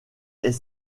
est